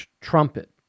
trumpet